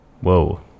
Whoa